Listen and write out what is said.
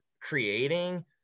creating